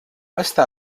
està